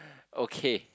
okay